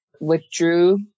withdrew